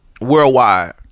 worldwide